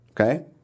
Okay